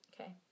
Okay